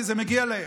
כי זה מגיע להם.